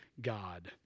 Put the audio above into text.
God